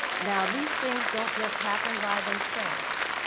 now these things don't just happen by themselves,